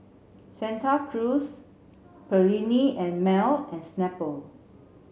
Santa Cruz Perllini and Mel and Snapple